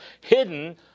hidden